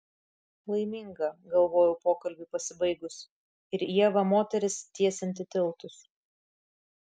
laiminga galvojau pokalbiui pasibaigus ir ieva moteris tiesianti tiltus